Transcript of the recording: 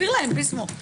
תסביר להם ביסמוט.